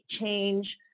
change